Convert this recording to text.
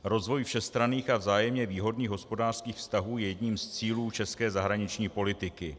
Rozvoj všestranných a vzájemně výhodných hospodářských vztahů je jedním z cílů české zahraniční politiky.